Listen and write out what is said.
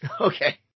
Okay